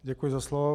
Děkuji za slovo.